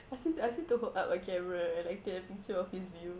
ask him to ask him to hook up a camera and like take a picture of his view